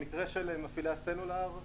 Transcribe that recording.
במקרה של מפעילי הסלולר,